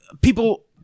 People